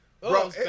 Bro